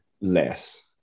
less